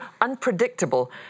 unpredictable